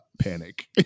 panic